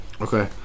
Okay